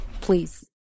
Please